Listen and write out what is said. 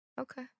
okay